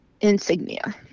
Insignia